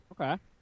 Okay